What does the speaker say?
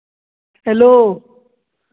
hello